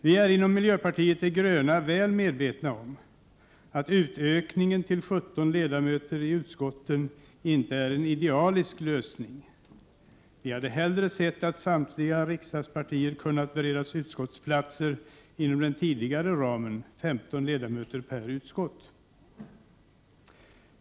Vi är inom miljöpartiet de gröna väl medvetna om att utökningen till 17 ledamöter i utskotten inte är en idealisk lösning. Vi hade hellre sett att samtliga riksdagspartier kunnat beredas utskottsplatser inom den tidigare ramen, nämligen 15 ledamöter i varje utskott.